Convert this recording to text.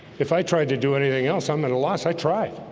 if i tried to do anything else, i'm at a loss i tried